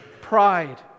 pride